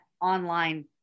online